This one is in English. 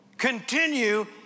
continue